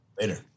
later